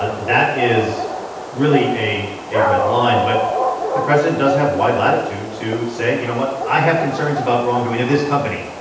but that is really a a red line. but the president does have wide latitude to say, you know what, i have concerns about wrongdoing of this company.